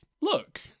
look